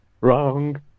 Wrong